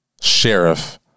Sheriff